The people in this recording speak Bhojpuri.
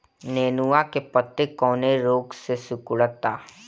नेनुआ के पत्ते कौने रोग से सिकुड़ता?